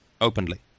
openly